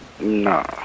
No